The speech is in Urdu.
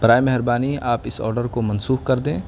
برائے مہربانی آپ اس آرڈر کو منسوخ کر دیں